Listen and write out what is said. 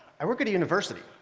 i work at a university.